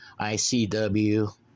ICW